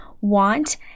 want